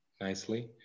nicely